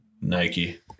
nike